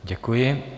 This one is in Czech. Děkuji.